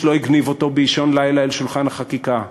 איש לא הגניב אותו באישון לילה אל שולחן החקיקה.